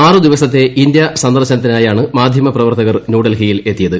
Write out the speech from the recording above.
ആറു ദിവസത്തെ ഇന്ത്യ സന്ദർശനത്തിനായാണ് മാന്യമ പ്രവർത്തകർ ന്യൂഡൽഹിയിലെത്തിയത്